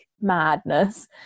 madness